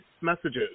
messages